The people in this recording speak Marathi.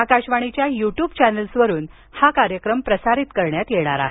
आकाशवाणीच्या यू ट्यूब चॅनल्सवरून हा कार्यक्रम प्रसारित करण्यात येणार आहे